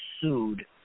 sued